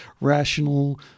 rational